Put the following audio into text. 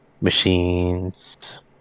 machines